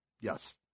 Yes